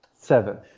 Seven